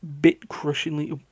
bit-crushingly